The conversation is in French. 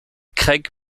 craig